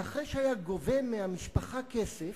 ואחרי שהיה גובה מהמשפחה כסף,